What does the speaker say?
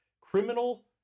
Criminal